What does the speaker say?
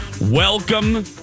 Welcome